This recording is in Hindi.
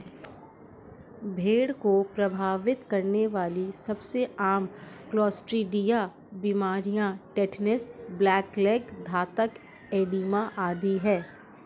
भेड़ को प्रभावित करने वाली सबसे आम क्लोस्ट्रीडिया बीमारियां टिटनेस, ब्लैक लेग, घातक एडिमा आदि है